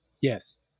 Yes